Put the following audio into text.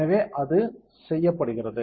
எனவே அது செய்யப்படுகிறது